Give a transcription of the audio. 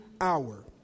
hour